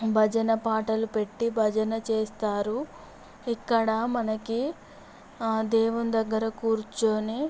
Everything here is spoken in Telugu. భజన పాటలు పెట్టి భజన చేస్తారు ఇక్కడ మనకి ఆ దేవుని దగ్గర కూర్చొని